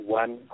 one